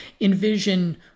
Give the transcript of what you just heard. envision